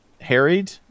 Harried